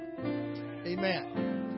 Amen